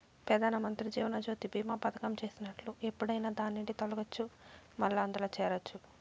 పెదానమంత్రి జీవనజ్యోతి బీమా పదకం చేసినట్లు ఎప్పుడైనా దాన్నిండి తొలగచ్చు, మల్లా అందుల చేరచ్చు